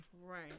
Right